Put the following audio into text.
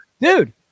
Dude